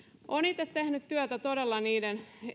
olen itse tehnyt työtä todella niiden